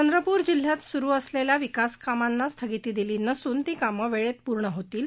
चंद्रपूर जिल्ह्यामध्ये सुरू असलेल्या विकासकामांना स्थगिती दिली नसून ती कामं वेळेत पूर्ण होतील